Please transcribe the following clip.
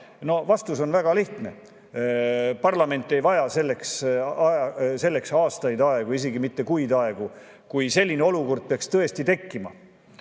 Vastus on väga lihtne: parlament ei vaja selleks aastaid aega, isegi mitte kuid aega. Kui selline olukord peaks tõesti tekkima,